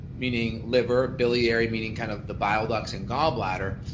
meaning liver, biliary, meaning kind of the bile ducts and gallbladder.